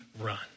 run